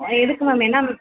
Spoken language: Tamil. எதுக்கு மேம் என்ன மேம்